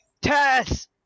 Tess